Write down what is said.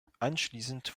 anschließend